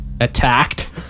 attacked